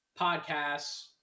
podcasts